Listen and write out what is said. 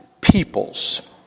peoples